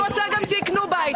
אני גם רוצה שישפצו לי את הבית.